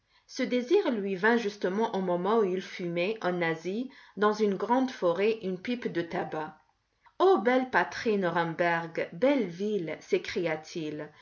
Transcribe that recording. ce désir lui vint justement au moment où il fumait en asie dans une grande forêt une pipe de tabac ô belle